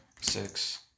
six